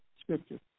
scripture